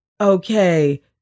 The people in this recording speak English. okay